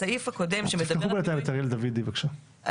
סעיף 8,